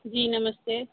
जी नमस्ते